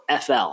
FL